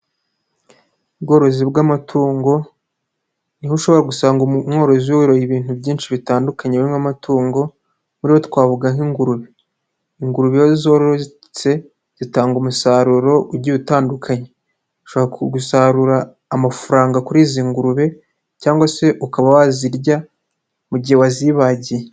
Ubworozi bw'amatungo, niho ushobora gusanga umworozi yoroye ibintu byinshi bitandukanye birimo amatungo, muri zo twavuga nk'ingurube. Ingurube iyo zororotse, zitanga umusaruro ugiye utandukanye. ushobora gusarura amafaranga kuri izi ngurube, cyangwa se ukaba wazirya mu gihe wazibagiye.